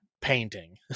painting